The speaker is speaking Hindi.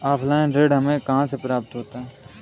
ऑफलाइन ऋण हमें कहां से प्राप्त होता है?